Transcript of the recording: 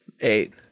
eight